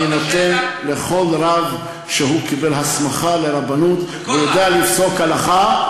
אני נותן לכל רב שקיבל הסמכה לרבנות והוא יודע לפסוק הלכה.